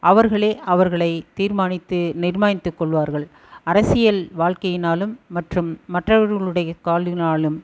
அவர்களே அவர்களை தீர்மானித்து நிர்மானித்து கொள்வார்கள் அரசியல் வாழ்க்கையினாலும் மற்றும் மற்றவர்களுடைய காலினாலும்